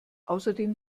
außerdem